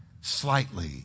slightly